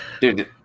Dude